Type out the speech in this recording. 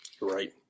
right